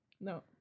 No